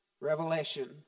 revelation